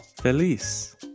Feliz